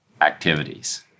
activities